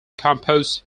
compost